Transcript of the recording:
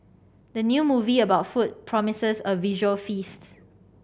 the new movie about food promises a visual feast